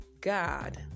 God